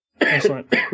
excellent